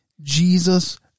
Jesus